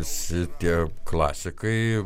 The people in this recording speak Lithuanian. visi tie klasikai